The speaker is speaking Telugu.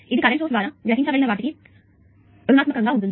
ఇది కరెంట్ సోర్స్ ద్వారా గ్రహించబడిన వాటికి ప్రతికూలంగా ఉంటుంది